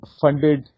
funded